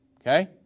Okay